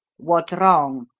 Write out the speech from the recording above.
what's wrong?